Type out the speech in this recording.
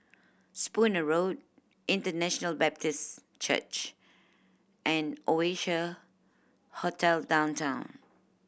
Spooner Road International Baptist Church and Oasia Hotel Downtown